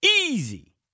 easy